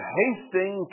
hasting